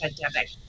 pandemic